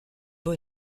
pas